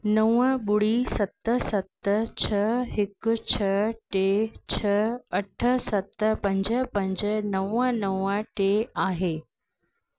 नवं ॿुड़ी सत सत छह हिकु छ्ह टे छ्ह अठ सत पंज पंज नवं नवं टे आहे